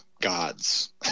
gods